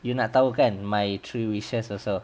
you nak tahu kan my three wishes also